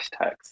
hashtags